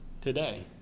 today